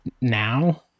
now